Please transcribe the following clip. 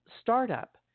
startup